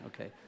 Okay